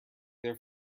their